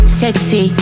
sexy